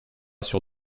sur